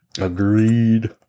Agreed